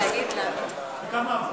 וכמה עברו?